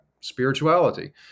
spirituality